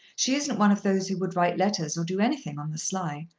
she isn't one of those who would write letters or do anything on the sly.